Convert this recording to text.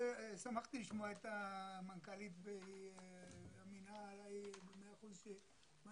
שמחתי לשמוע את המנכ"לית והיא אמינה עליי במאה אחוז שמה